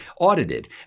Audited